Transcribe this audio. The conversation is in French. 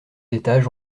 étages